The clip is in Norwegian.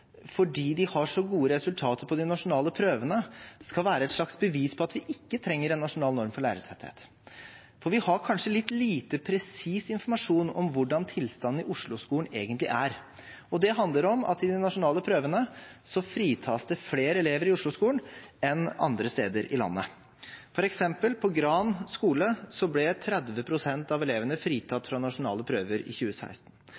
fordi de har så gode resultater på de nasjonale prøvene, skal være et slags bevis på at vi ikke trenger en nasjonal norm for lærertetthet. Vi har kanskje litt lite presis informasjon om hvordan tilstanden i Oslo-skolen egentlig er. Det handler om at i de nasjonale prøvene fritas det flere elever i Oslo-skolen enn andre steder i landet. For eksempel ble 30 pst. av elevene på Gran skole